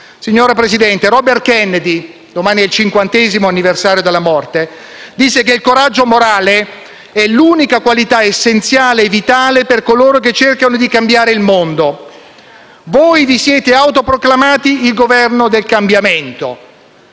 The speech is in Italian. Signor Presidente, Robert Kennedy (del quale domani ricorre il cinquantesimo anniversario della morte) disse che il coraggio morale è l'unica qualità essenziale e vitale per coloro che cercano di cambiare il mondo. Voi vi siete autoproclamati il «Governo del cambiamento».